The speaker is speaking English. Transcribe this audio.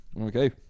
Okay